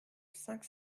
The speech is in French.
cinq